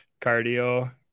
cardio